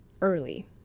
early